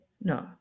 No